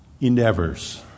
Endeavors